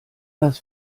das